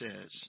says